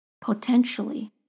potentially